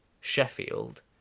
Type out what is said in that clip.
Sheffield